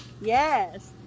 Yes